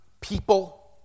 people